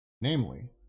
namely